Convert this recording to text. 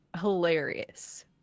hilarious